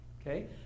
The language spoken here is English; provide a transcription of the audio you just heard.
okay